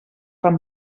fan